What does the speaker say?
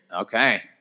okay